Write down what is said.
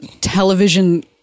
television